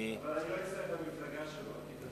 אבל אני לא אצטרף למפלגה שלו.